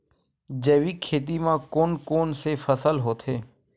जैविक खेती म कोन कोन से फसल होथे?